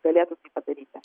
galėtų padaryti